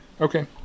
Okay